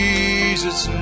Jesus